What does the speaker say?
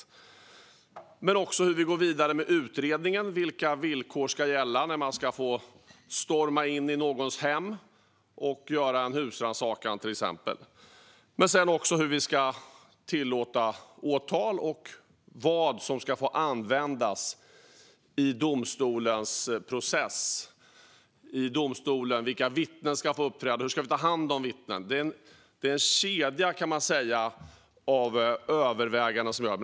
Men det handlar också om hur man går vidare med utredningen, vilka villkor som ska gälla för att man ska få storma in i någons hem och göra en husrannsakan, till exempel, om hur vi ska tillåta åtal och vad som ska få användas i domstolens process. Vilka vittnen ska få uppträda, och hur ska vi ta hand om vittnen? Det är en kedja, kan man säga, av överväganden som vi gör.